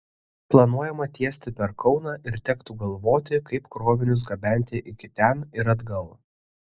planuojama tiesti per kauną ir tektų galvoti kaip krovinius gabenti iki ten ir atgal